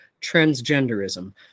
transgenderism